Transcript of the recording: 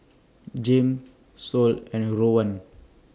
Jame Sol and Rowan